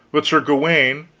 but sir gawaine,